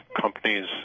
companies